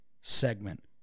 segment